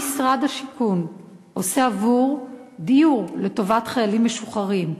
מה משרד השיכון עושה לטובת דיור עבור חיילים משוחררים?